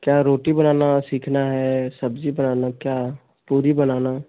क्या रोटी बनाना सीखना है सब्ज़ी बनाना क्या पूरी बनाना